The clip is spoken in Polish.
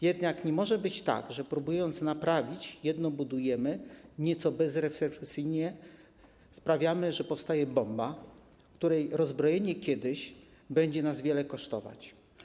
Jednak nie może być tak, że próbując naprawić, jedno budujemy i nieco bezrefleksyjnie sprawiamy, że powstaje bomba, której rozbrojenie kiedyś będzie nas wiele kosztować.